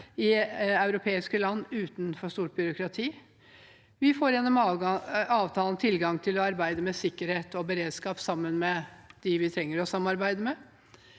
i europeiske land uten for stort byråkrati. Vi får gjennom avtalen tilgang til å arbeide med sikkerhet og beredskap sammen med dem vi trenger å samarbeide med.